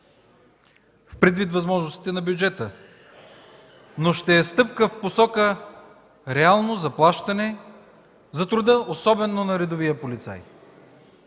предвид възможностите на бюджета, но ще е стъпка в посока реално заплащане за труда, особено на редовия полицай.